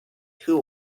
who